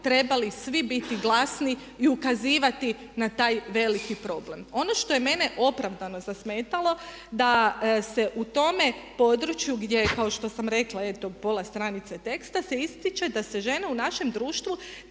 trebali svi biti glasni i ukazivati na taj veliki problem. Ono što je mene opravdano zasmetalo da se u tome području gdje kao što sam rekla eto pola stranice teksta se ističe da se žene u našem društvu